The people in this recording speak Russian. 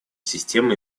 системы